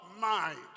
mind